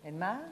הם מה?